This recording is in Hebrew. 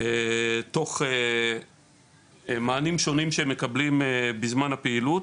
תוך מענים שונים שהם מקבלים בזמן הפעילות,